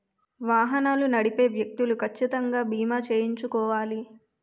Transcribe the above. వాహనాలు నడిపే వ్యక్తులు కచ్చితంగా బీమా చేయించుకోవాలి